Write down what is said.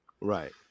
Right